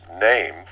name